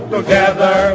Together